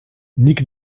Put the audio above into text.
nic